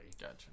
Gotcha